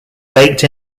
baked